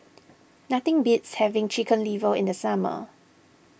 nothing beats having Chicken Liver in the summer